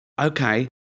okay